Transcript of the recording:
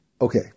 Okay